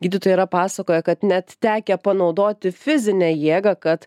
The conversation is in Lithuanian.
gydytojai yra pasakoję kad net tekę panaudoti fizinę jėgą kad